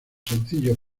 sencillos